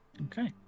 okay